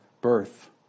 birth